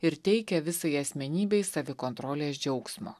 ir teikia visai asmenybei savikontrolės džiaugsmo